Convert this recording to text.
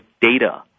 data